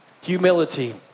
Humility